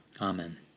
Amen